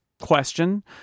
question